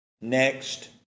next